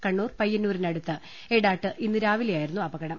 കണ്ണൂർ പയ്യന്നൂരിനടുത്ത് എടാട്ട് ഇന്ന് രാവിലെ യായിരുന്നു അപകടം